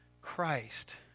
Christ